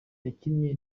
yakinnye